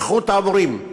איכות המורים.